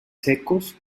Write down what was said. secos